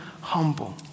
humble